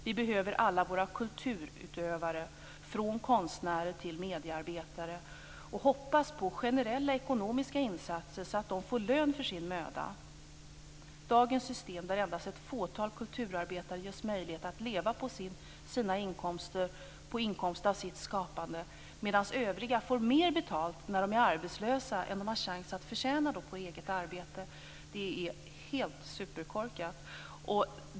Vi behöver alla våra kulturutövare från konstnärer till mediearbetare och hoppas på generella ekonomiska insatser så att de får lön för sin möda. Dagens system, där endast ett fåtal kulturarbetare ges möjlighet att leva på inkomster av sitt skapande, medan övriga får mer betalt när de är arbetslösa än de har chans att tjäna på eget arbete, är superkorkat.